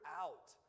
out